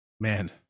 man